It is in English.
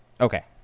Okay